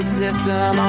system